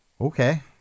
okay